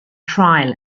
trial